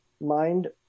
mind